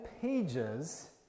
pages